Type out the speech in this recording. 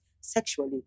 sexually